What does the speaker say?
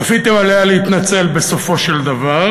כפיתם עליה להתנצל, בסופו של דבר,